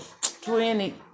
twenty